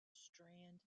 strand